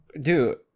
dude